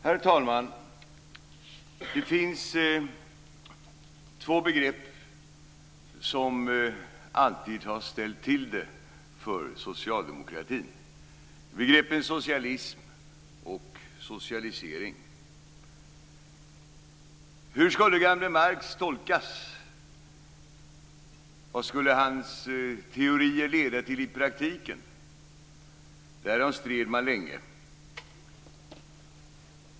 Herr talman! Det finns två begrepp som alltid har ställt till det för socialdemokratin, begreppen socialism och socialisering. Hur skulle gamle Marx tolkas? Vad skulle hans teorier leda till i praktiken? Därom stred man länge.